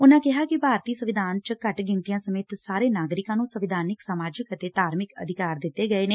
ਉਨੂਾ ਕਿਹਾ ਕਿ ਭਾਰਤੀ ਸੰਵਿਧਾਨ ਚ ਘੱਟ ਗਿਣਤੀਆਂ ਸਮੇਤ ਸਾਰੇ ਨਾਗਰਿਕਾਂ ਨੂੰ ਸੰਵਿਧਾਨਿਕ ਸਮਾਜਿਕ ਅਤੇ ਧਾਰਮਿਕ ਅਧਿਕਾਰ ਦਿੱਤੇ ਹੋਏ ਨੇ